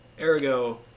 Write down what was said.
Ergo